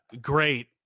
great